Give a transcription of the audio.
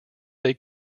they